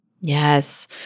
yes